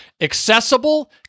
accessible